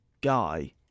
guy